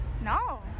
No